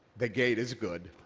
the gate is good.